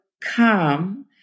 come